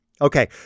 okay